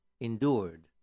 endured